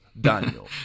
Daniel